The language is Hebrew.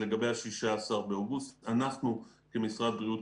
לגבי ה-16 באוגוסט אנחנו כמשרד הבריאות,